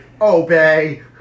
Obey